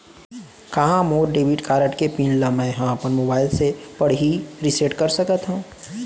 का मोर debit card के पिन ल मैं ह अपन मोबाइल से पड़ही रिसेट कर सकत हो?